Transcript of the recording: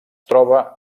troba